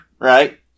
right